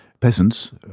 peasants